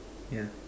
yeah